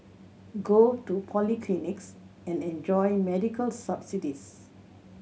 go to polyclinics and enjoy medical subsidies